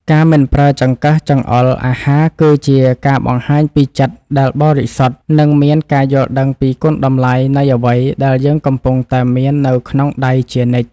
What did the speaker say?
ការមិនប្រើចង្កឹះចង្អុលអាហារគឺជាការបង្ហាញពីចិត្តដែលបរិសុទ្ធនិងមានការយល់ដឹងពីគុណតម្លៃនៃអ្វីដែលយើងកំពុងតែមាននៅក្នុងដៃជានិច្ច។